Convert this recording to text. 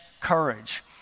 courage